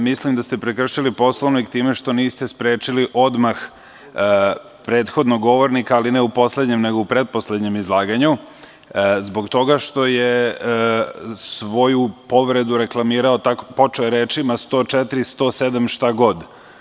Mislim da ste prekršili Poslovnik time što niste sprečili odmah prethodnog govornika, ali ne u poslednjem, nego u pretposlednjem izlaganju, zbog toga što je svoju povredu reklamirao tako što je počeo rečima: „104. i 107, šta god“